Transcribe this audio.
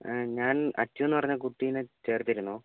ഞാൻ അച്ചുയെന്ന് പറഞ്ഞ കുട്ടിയിനെ ചേർത്തിരുന്നു